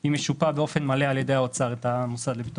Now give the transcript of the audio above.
היא משופה באופן מלא על ידי האוצר את המוסד לביטוח הלאומי.